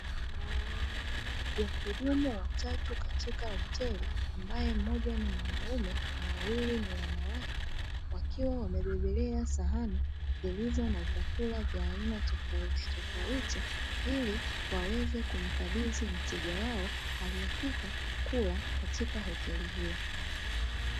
Wahudumu watatu katika hoteli ambaye mmoja ni mwanaume na wawili ni wanawake, wakiwa wamebebelea sahani zilizo na vyakula vya aina tofautitofauti ili waweze kumkabidhi mteja wao aliyefika kula katika hoteli hiyo.